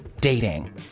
dating